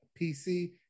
PC